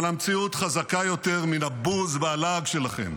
אבל המציאות חזקה יותר מן הבוז והלעג שלכם.